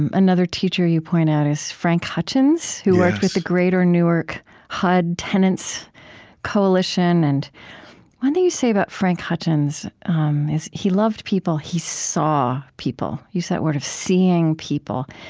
and another teacher you point out is frank hutchins, who worked with the greater newark hud tenants coalition. and one thing you say about frank hutchins is, he loved people. he saw people. you use that word of seeing people.